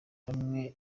bamwe